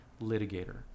litigator